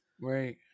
right